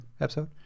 episode